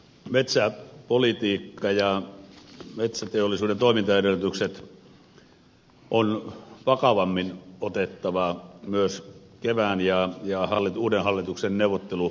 metsäpolitiikka ja metsäteollisuuden toimintaedellytykset on kyllä vakavammin otettava myös kevään aikana ja uuden hallituksen neuvottelupöydässä esille